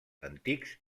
antics